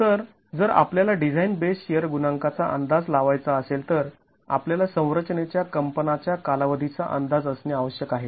तर जर आपल्याला डिझाईन बेस शिअर गुणांकाचा अंदाज लावायचा असेल तर आपल्याला संरचनेच्या कंपना च्या कालावधीचा अंदाज असणे आवश्यक आहे